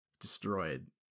destroyed